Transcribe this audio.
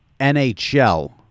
NHL